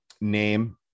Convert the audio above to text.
name